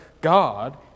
God